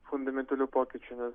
fundamentalių pokyčių